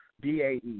B-A-E